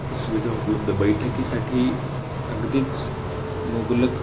सुविधा उपलब्ध बैठकीसाठी अगदीच मुबलक